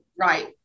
Right